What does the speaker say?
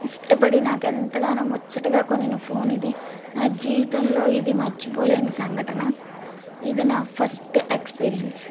ఇష్టపడి నాకు ఎంతగానో ముచ్చటగా కొనిన ఫోన్ ఇది నా జీవితంలో ఇది మర్చిపోలేని సంఘటన ఇది నా ఫస్ట్ ఎక్స్పీరియన్స్